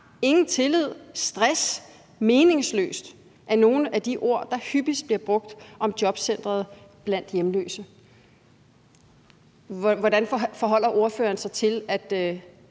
ingen tillid, stress, meningsløst er nogle af de ord, der hyppigst bliver brugt om Jobcentret blandt hjemløse«. Hvordan forholder ordføreren sig til, at